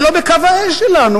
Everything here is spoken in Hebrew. זה לא בקו האש שלנו.